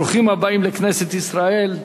ברוכים הבאים לכנסת ישראל,